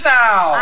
now